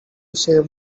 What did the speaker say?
save